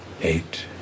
Eight